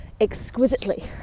exquisitely